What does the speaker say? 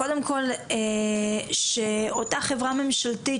קודם כל שאותה חברה ממשלתית,